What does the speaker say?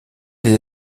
les